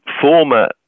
former